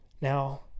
Now